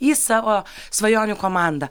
į savo svajonių komandą